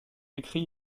écrit